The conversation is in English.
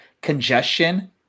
congestion